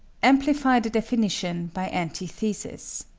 amplify the definition by antithesis.